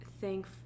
thank